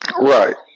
Right